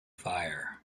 fire